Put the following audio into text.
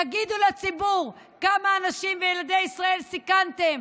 תגידו לציבור כמה אנשים וילדי ישראל סיכנתם